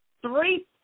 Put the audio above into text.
three